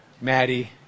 Maddie